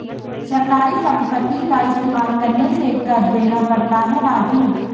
सरकारी संपत्ति का इस्तेमाल करने से कर देना पड़ता है राजू